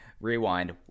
Rewind